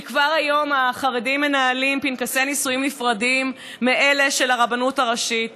כי כבר היום החרדים מנהלים פנקסי נישואים נפרדים מאלה של הרבנות הראשית,